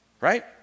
Right